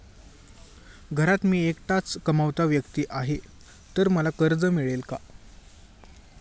घरात मी एकटाच कमावता व्यक्ती आहे तर मला कर्ज मिळेल का?